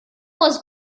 was